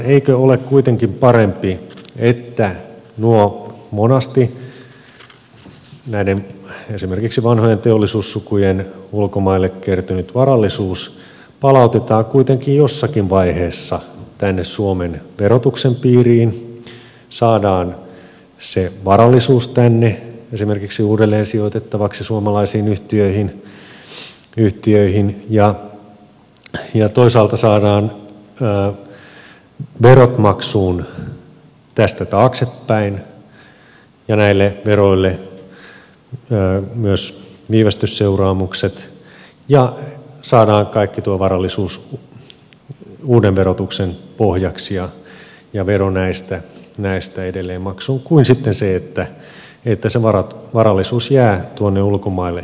eikö ole kuitenkin parempi se että tuo monesti esimerkiksi vanhojen teollisuussukujen ulkomaille kertynyt varallisuus palautetaan kuitenkin jossakin vaiheessa tänne suomen verotuksen piiriin saadaan se varallisuus tänne esimerkiksi uudelleensijoitettavaksi suomalaisiin yhtiöihin ja toisaalta saadaan verot maksuun tästä taaksepäin ja näille veroille myös viivästysseuraamukset ja saadaan kaikki tuo varallisuus uuden verotuksen pohjaksi ja vero näistä edelleen maksuun kuin sitten se että se varallisuus jää ulkomaille nalkkiin